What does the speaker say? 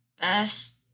best